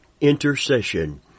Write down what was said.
Intercession